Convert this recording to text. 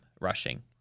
rushing